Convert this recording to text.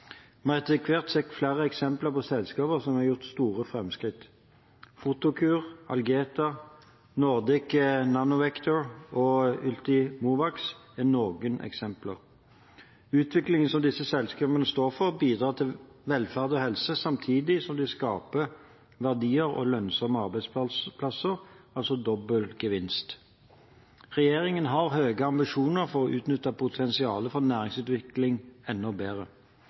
Vi har etter hvert flere eksempler på selskaper som har gjort store framskritt. Photocure, Algeta, Nordic Nanovector og Ultimovacs er noen eksempler. Utviklingen som disse selskapene står for, bidrar til velferd og helse samtidig som de skaper verdier og lønnsomme arbeidsplasser – altså dobbel gevinst. Regjeringen har høye ambisjoner om å utnytte potensialet for næringsutvikling enda bedre.